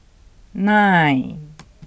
nine